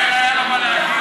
מילא היה לו מה להגיד.